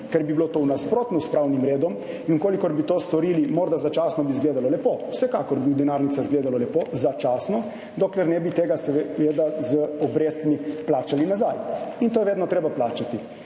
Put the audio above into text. ker bi bilo to v nasprotju s pravnim redom. Če bi to storili, bi morda začasno izgledalo lepo, vsekakor bi v denarnicah izgledalo lepo, začasno, dokler ne bi tega, seveda z obrestmi, plačali nazaj. In to je vedno treba plačati.